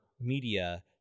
media